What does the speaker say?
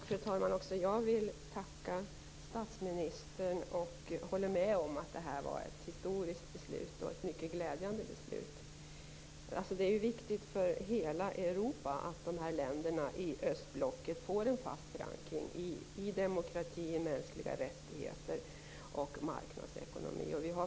Fru talman! Också jag vill tacka statsministern och håller med om att det här är ett historiskt och mycket glädjande beslut. Det är ju viktigt för hela Europa att ansökarländerna i östblocket får en fast förankring i demokrati, mänskliga rättigheter och marknadsekonomi.